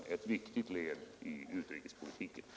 Det är ett viktigt led i utrikespolitiken.